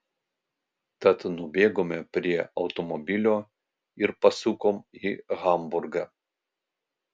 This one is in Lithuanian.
tad nubėgome prie automobilio ir pasukom į hamburgą